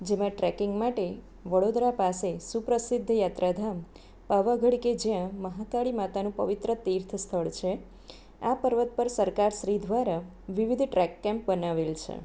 જેમાં ટ્રેકિંગ માટે વડોદરા પાસે સુપ્રસિધ્ધ યાત્રાધામ પાવાગઢ કે જ્યાં મહાકાળી માતાનું પવિત્ર તીર્થસ્થળ છે આ પર્વત પર સરકાર શ્રી દ્વારા વિવિધ ટ્રેક કેમ્પ બનાવેલ છે